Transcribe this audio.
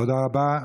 תודה רבה,